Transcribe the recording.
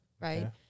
Right